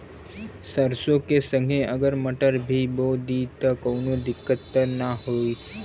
सरसो के संगे अगर मटर भी बो दी त कवनो दिक्कत त ना होय?